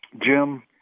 Jim